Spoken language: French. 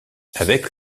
avec